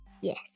Yes